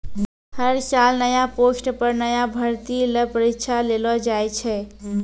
हर साल नया पोस्ट पर नया भर्ती ल परीक्षा लेलो जाय छै